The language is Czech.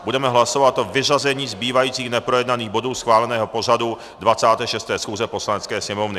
Budeme hlasovat o vyřazení zbývajících neprojednaných bodů schváleného pořadu 26. schůze Poslanecké sněmovny.